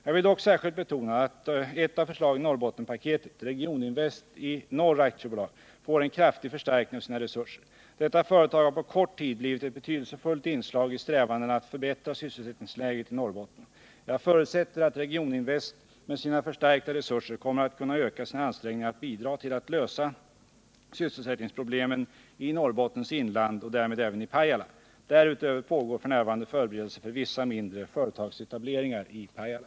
Jag vill dock särskilt betona ett av förslagen i Norrbottenspaketet. Regioninvest i Norr AB får en kraftig förstärkning av sina resurser. Detta företag har på kort tid blivit ett betydelsefullt inslag i strävandena att förbättra sysselsättningsläget i Norrbotten. Jag förutsätter att Regioninvest med sina förstärkta resurser kommer att kunna öka sina ansträngningar att bidra till att lösa sysselsättningsproblemen i Norrbottens inland och därmed även i Pajala. Därutöver pågår f. n. förberedelser för vissa mindre företagsetableringar i Pajala.